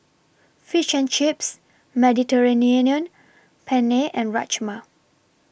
Fish and Chips Mediterranean Penne and Rajma